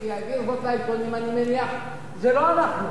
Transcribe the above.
שעביר זאת לעיתונים, אני מניח, זה לא אנחנו.